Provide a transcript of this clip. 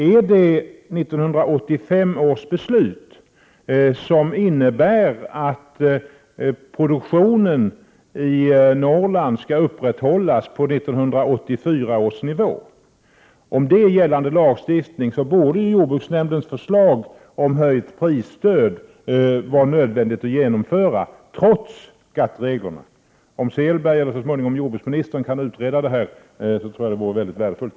Är det 1985 års beslut, som innebär att produktionen i Norrland skall upprätthållas på 1984 års nivå? Om det är gällande lagstiftning, borde jordbruksnämndens förslag om höjt prisstöd vara nödvändigt att genomföra trots GATT-reglerna. Om Åke Selberg eller så småningom jordbruksministern kunde utreda detta, tror jag att det vore väldigt värdefullt.